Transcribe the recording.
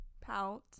Pout